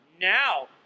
now